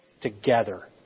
together